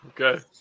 Okay